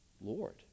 Lord